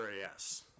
yes